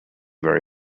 very